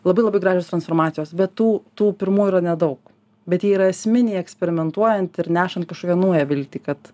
labai labai gražios transformacijos be tų tų pirmų yra nedaug bet jie yra esminiai eksperimentuojant ir nešanti kažkokią naują viltį kad